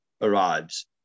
arrives